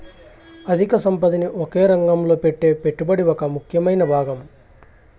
అధిక సంపదని ఒకే రంగంలో పెట్టే పెట్టుబడి ఒక ముఖ్యమైన భాగం